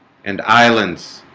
and islands